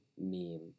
meme